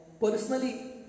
personally